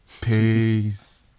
Peace